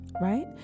right